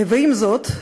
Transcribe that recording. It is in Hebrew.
עם זאת,